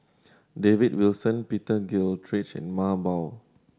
David Wilson Peter Gilchrist and Mah Bow Tan